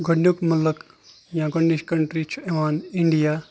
گۄڈٕنیُٚک مُلک یا گۄڈنِچ کَنٹرٛی چھِ یِوان اِنڈیا